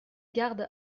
garde